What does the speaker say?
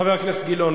חבר הכנסת אילן גילאון,